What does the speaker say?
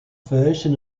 version